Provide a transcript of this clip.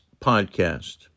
podcast